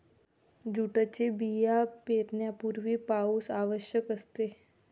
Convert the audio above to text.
जूटचे बिया पेरण्यापूर्वी पाऊस आवश्यक असते